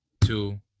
two